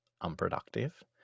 unproductive